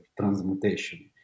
transmutation